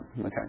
okay